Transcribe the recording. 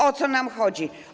O co nam chodzi?